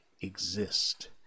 exist